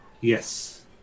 Yes